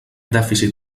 dèficit